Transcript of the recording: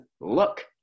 look